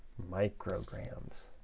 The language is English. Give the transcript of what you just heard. micrograms.